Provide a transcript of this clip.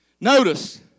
Notice